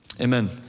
amen